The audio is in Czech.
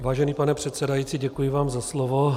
Vážený pane předsedající, děkuji vám za slovo.